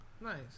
Nice